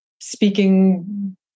speaking